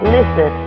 Listen